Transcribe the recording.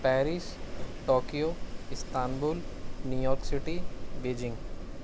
Paris Tokyo Istanbul New York City Beijing